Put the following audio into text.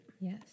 Yes